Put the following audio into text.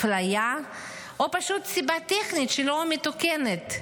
אפליה או פשוט סיבה טכנית שלא מתוקנת?